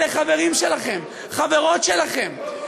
אלה חברים שלכם, חברות שלכם.